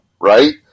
right